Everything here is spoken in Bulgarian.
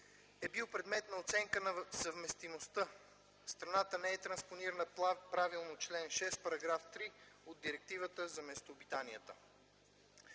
е бил предмет на оценка на съвместимостта, страната не е транспонирала правилно член 6, параграф 3 от Директивата за местообитанията.